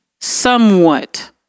Somewhat